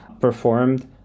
performed